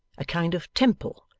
a kind of temple,